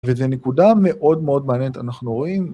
וזה נקודה מאוד מאוד מעניינת, אנחנו רואים.